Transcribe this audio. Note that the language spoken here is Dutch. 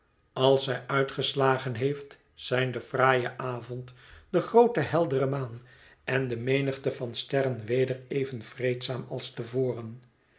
als zij uitgeslagen heeft zijn de fraaie avond de groote heldere maan en de menigte van sterren weder even vreedzaam als